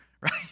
right